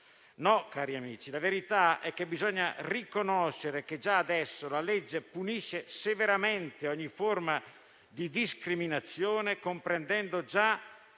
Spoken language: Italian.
No, cari amici: la verità è che bisogna riconoscere che già adesso la legge punisce severamente ogni forma di discriminazione, comprendendo già